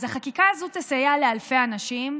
אז החקיקה הזו תסייע לאלפי אנשים.